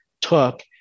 took